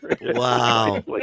Wow